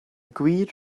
gwir